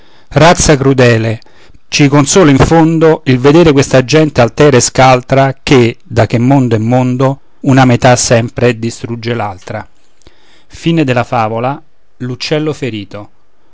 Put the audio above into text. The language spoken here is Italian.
razza crudele ci consola in fondo il veder questa gente altera e scaltra che da che mondo è mondo una metà sempre distrugge